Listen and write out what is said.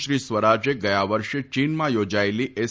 શ્રી સ્વરાજે ગયા વર્ષે ચીનમાં યોજાયેલી એસ